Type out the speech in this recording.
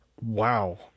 Wow